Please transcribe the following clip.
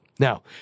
Now